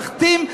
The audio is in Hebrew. להכתים,